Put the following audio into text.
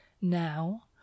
Now